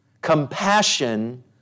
Compassion